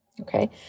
Okay